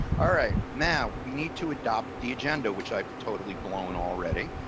ah right, now we need to adopt the agenda, which i've totally blown already.